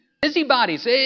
Busybodies